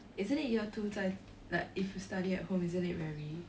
isn't it year two 在 like if you study at home isn't it very